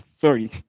sorry